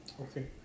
Okay